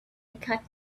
got